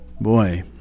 Boy